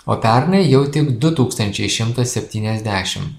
o pernai jau tik du tūkstančiai šimtas septyniasdešim